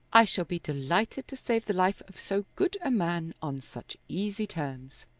i shall be delighted to save the life of so good a man on such easy terms,